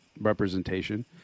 representation